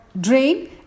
drain